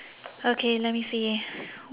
okay let me see